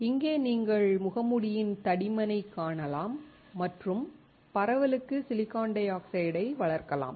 இங்கே நீங்கள் முகமூடியின் தடிமனை காணலாம் மற்றும் பரவலுக்கு சிலிக்கான் டை ஆக்சைடை வளர்க்கலாம்